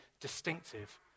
distinctive